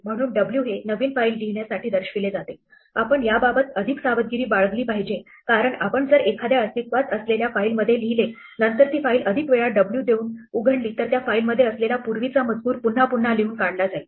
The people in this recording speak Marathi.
म्हणून 'w' हे नवीन फाइल लिहिण्यासाठी दर्शविले जाते आपण याबाबत अधिक सावधगिरी बाळगली पाहिजे कारण आपण जर एखाद्या अस्तित्वात असलेल्या फाईल मध्ये लिहिले नंतर ती फाईल अधिक वेळा 'w' देऊन उघडली तर त्या फाईल मध्ये असलेला पूर्वीचा मजकूर पुन्हा लिहून काढला जाईल